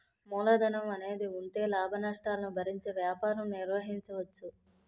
మూలధనం అనేది ఉంటే లాభనష్టాలను భరించే వ్యాపారం నిర్వహించవచ్చు